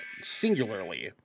singularly